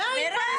די.